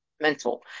mental